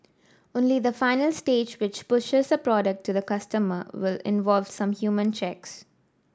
only the final stage which pushes a product to the customer will involve some human checks